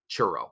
churro